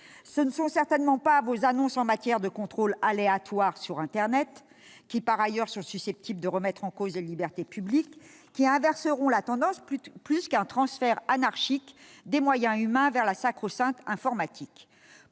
Ce ne sont certainement pas vos annonces en matière de contrôle aléatoire sur internet- contrôle par ailleurs susceptible de remettre en cause les libertés publiques -qui inverseront la tendance, pas plus que le transfert anarchique des moyens humains vers la sacro-sainte informatique.